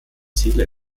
ziele